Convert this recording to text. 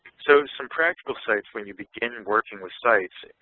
so some practical sites when you begin and working with sites,